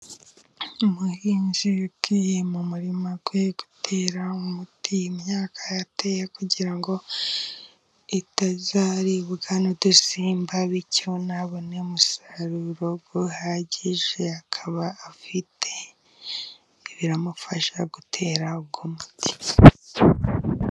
Umuhinzi yagiye mu murima we gutera umuti imyaka yateye kugira ngo itazaribwa n'udusimba bityo ntabone umusaruro uhagije, akaba afite ibimufasha gutera uwo muti.